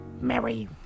Merry